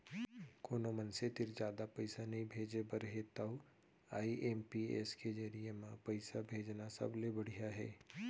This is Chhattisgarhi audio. कोनो मनसे तीर जादा पइसा नइ भेजे बर हे तव आई.एम.पी.एस के जरिये म पइसा भेजना सबले बड़िहा हे